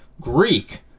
Greek